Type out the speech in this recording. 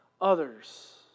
others